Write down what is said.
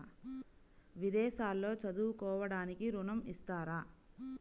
విదేశాల్లో చదువుకోవడానికి ఋణం ఇస్తారా?